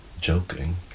joking